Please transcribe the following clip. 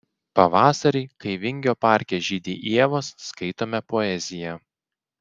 pavasarį kai vingio parke žydi ievos skaitome poeziją